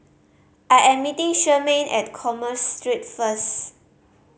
I am meeting Charmaine at Commerce Street first